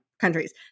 countries